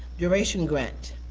duration grant,